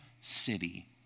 city